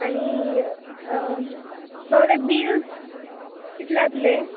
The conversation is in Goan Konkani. आनी सगळे बील कितले जातले